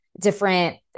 different